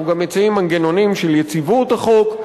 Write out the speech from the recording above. אנחנו גם מציעים מנגנונים של יציבות החוק,